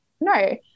no